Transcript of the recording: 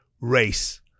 race